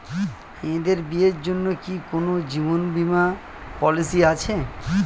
মেয়েদের বিয়ের জন্য কি কোন জীবন বিমা পলিছি আছে?